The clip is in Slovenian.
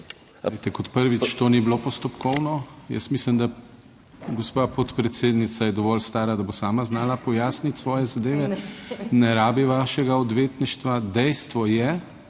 kot prvič, to ni bilo postopkovno. Jaz mislim, da gospa podpredsednica je dovolj stara, da bo sama znala pojasniti svoje zadeve. Ne rabi vašega odvetništva. Dejstvo je